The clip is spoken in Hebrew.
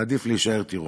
מעדיף להישאר טירון.